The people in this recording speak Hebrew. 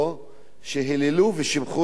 היללו ושיבחו את הממשלה